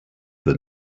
the